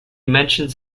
mentions